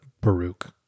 Baruch